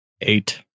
Eight